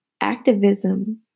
activism